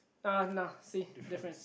ah [nah[ see difference